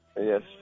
Yes